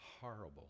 horrible